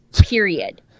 period